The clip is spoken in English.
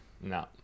No